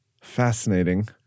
Fascinating